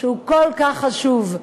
שהוא כל כך חשוב,